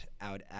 out